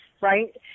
right